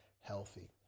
healthy